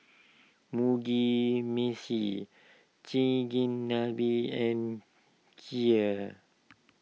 Mugi Meshi Chigenabe and Kheer